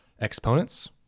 Exponents